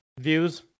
views